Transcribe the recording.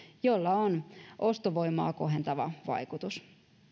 millä on ostovoimaa kohentava vaikutus